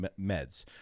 meds